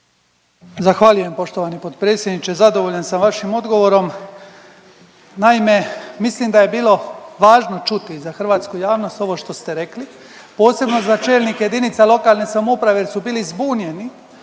Zahvaljujem poštovani potpredsjedniče, zadovoljan sam vašim odgovorom. Naime, mislim da je bilo važno čuti za hrvatsku javnost ovo što ste rekli, posebno za čelnike jedinica lokalne samouprave jer su bili zbunjeni